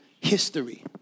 history